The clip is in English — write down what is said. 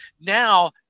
now –